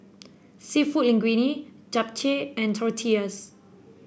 seafood Linguine Japchae and Tortillas